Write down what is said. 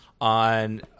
on